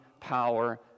power